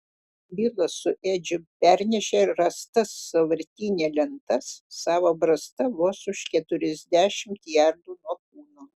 bilas su edžiu pernešė rastas sąvartyne lentas savo brasta vos už keturiasdešimt jardų nuo kūno